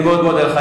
אני מאוד מודה לך.